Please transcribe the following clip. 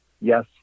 yes